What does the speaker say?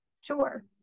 sure